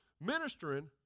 ministering